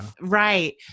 right